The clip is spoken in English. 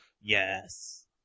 Yes